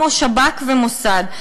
כמו השב"כ והמוסד.